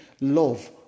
love